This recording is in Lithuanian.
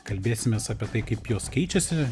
kalbėsimės apie tai kaip jos keičiasi